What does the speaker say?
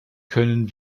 können